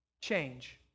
change